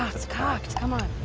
ah, it's cocked, come on.